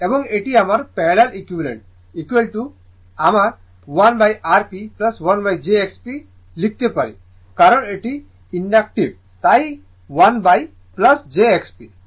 এবং এটি আমার প্যারালাল ইকুইভালেন্টআমরা 1Rp 1jXP লিখতে পারি কারণ এটি ইনডাকটিভ তাই 1 jXP